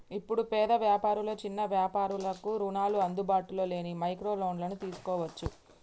ఇప్పుడు పేద వ్యాపారులు చిన్న వ్యాపారులకు రుణాలు అందుబాటులో లేని మైక్రో లోన్లను తీసుకోవచ్చు